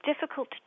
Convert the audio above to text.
difficult